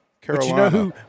carolina